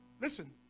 Listen